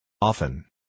Often